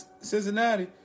Cincinnati